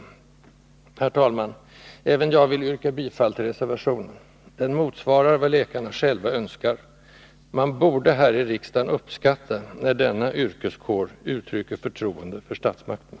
Herr talman! Även jag vill yrka bifall till reservationen. Den motsvarar vad läkarna själva önskar. Man borde här i riksdagen visa uppskattning när denna yrkeskår uttrycker förtroende för statsmakterna.